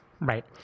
right